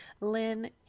Lynn